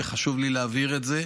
וחשוב לי להבהיר את זה.